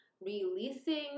releasing